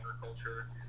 agriculture